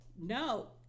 No